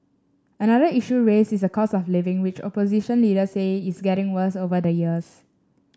another issue raised is the cost of living which opposition leaders say is getting worse over the years